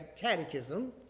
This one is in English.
Catechism